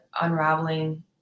unraveling